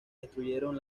destruyeron